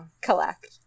collect